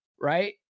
right